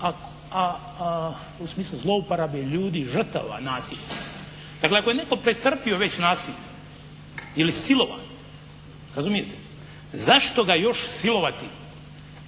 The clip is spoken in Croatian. u smislu zlouporabe ljudi, žrtava nasilja. Dakle, ako je netko pretrpio već nasilje ili silovanje razumijete, zašto ga još silovati